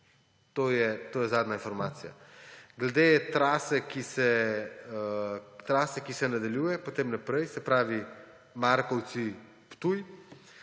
To je zadnja informacija. Glede trase, ki se nadaljuje potem naprej, se pravi Markovci–Ptuj,